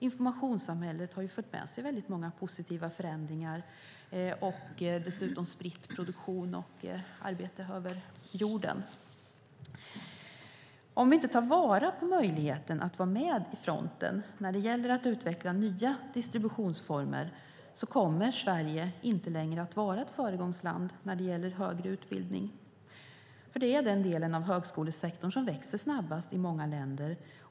Informationssamhället har fört med sig många positiva förändringar och dessutom spritt produktion och arbete över jorden. Om vi inte tar vara på möjligheten att vara med på fronten när det gäller att utveckla nya distributionsformer kommer Sverige inte längre att vara ett föregångsland i högre utbildning. Det är den delen av högskolesektorn som växer snabbast i många länder.